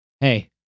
hey